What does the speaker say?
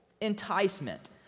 enticement